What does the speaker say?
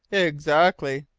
exactly.